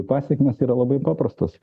pasekmės yra labai paprastos